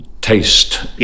Taste